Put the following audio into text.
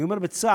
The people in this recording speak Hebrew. אני אומר בצער